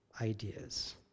ideas